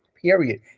Period